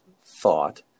thought